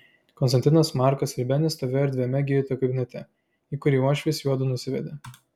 konstantinas markas ir benis stovėjo erdviame gydytojo kabinete į kurį uošvis juodu nusivedė